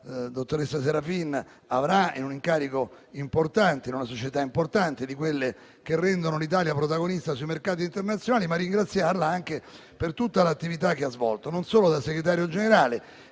la dottoressa Serafin avrà, in un incarico importante in una società importante, di quelle che rendono l'Italia protagonista sui mercati internazionali, ma anche per ringraziarla di tutta l'attività che ha svolto, non solo da Segretario Generale.